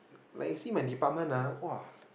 like you see my department ah !wah!